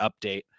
update